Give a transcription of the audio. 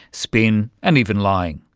spin and even lying?